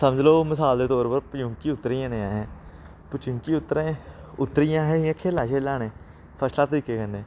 समझ लैओ मसाल दे तौर उप्पर पचुंकी उतरी जन्ने असें पचुंकी उत्तरें उत्तरियै असें इ'यां खेला शेला ने फर्स्ट क्लास तरीके कन्नै